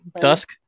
Dusk